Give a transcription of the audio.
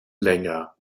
länger